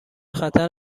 خطر